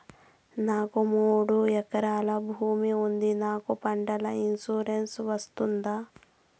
నాకు మూడు ఎకరాలు భూమి ఉంది నాకు పంటల ఇన్సూరెన్సు వస్తుందా?